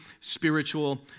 spiritual